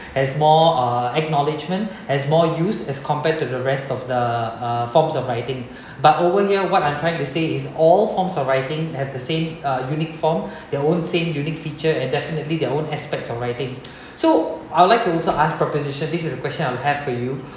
has more uh acknowledgement has more use as compared to the rest of the uh forms of writing but over here what I'm trying to say is all forms of writing have the same uh unique form their own same unique feature and definitely their own aspects of writing so I would like to ask proposition this is the question I have for you